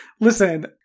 Listen